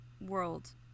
world